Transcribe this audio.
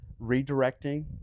redirecting